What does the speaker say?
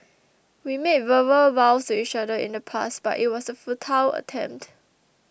we made verbal vows to each other in the past but it was a futile attempt